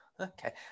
Okay